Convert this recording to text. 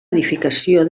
edificació